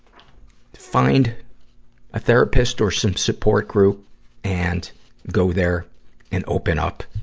find a therapist or some support group and go there and open up,